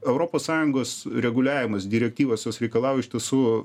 europos sąjungos reguliavimas direktyvos jos reikalauja iš tiesų